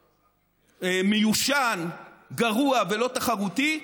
מיושן, גרוע ולא תחרותי,